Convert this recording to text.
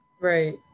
right